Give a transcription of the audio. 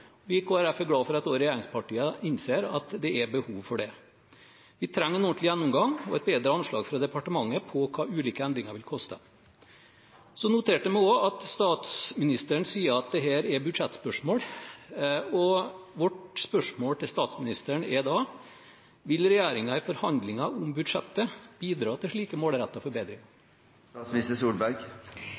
Vi i Kristelig Folkeparti er glad for at også regjeringspartiene innser at det er behov for det. Vi trenger en ordentlig gjennomgang og et bedre anslag fra departementet over hva ulike endringer vil koste. Så noterte jeg meg også at statsministeren sier at dette er et budsjettspørsmål, og mitt spørsmål til statsministeren er da: Vil regjeringen i forhandlinger om budsjettet bidra til slike målrettete forbedringer?